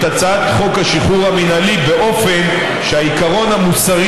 את הצעת חוק השחרור המינהלי באופן שהעיקרון המוסרי